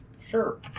Sure